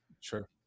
Sure